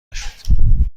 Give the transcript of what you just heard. نشد